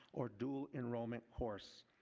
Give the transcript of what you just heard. or dual enrollment course.